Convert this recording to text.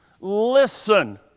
listen